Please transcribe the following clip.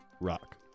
Rock